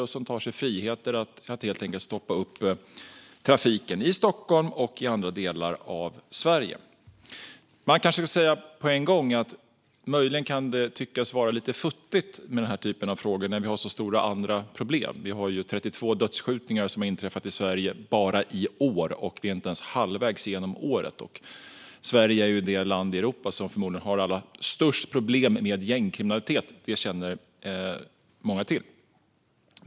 Det är fråga om människor som tar sig frihet att helt enkelt stoppa trafiken i Stockholm och andra delar av Sverige. Man kanske ska säga på en gång att det möjligen kan tyckas vara lite futtigt att ta upp den här typen av frågor när vi har så stora andra problem. Det har inträffat 32 dödsskjutningar i Sverige bara i år, och vi är inte ens halvvägs genom året. Sverige är det land i Europa som förmodligen har allra störst problem med gängkriminalitet. Det känner många till.